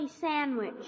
sandwich